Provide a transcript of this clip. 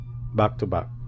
back-to-back